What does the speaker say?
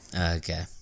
Okay